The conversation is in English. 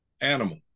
animal